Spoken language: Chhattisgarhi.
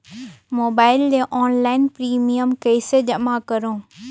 मोबाइल ले ऑनलाइन प्रिमियम कइसे जमा करों?